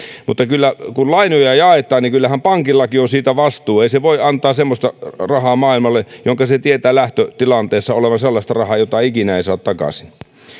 mutta kun lainoja jaetaan niin kyllähän pankillakin on siitä vastuu ei se voi antaa semmoista rahaa maailmalle jonka se tietää lähtötilanteessa olevan sellaista rahaa jota ikinä ei saa takaisin